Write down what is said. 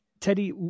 Teddy